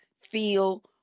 feel